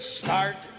start